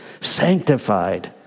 sanctified